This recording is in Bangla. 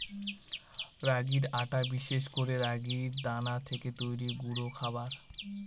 রাগির আটা বিশেষ করে রাগির দানা থেকে তৈরি গুঁডা খাবার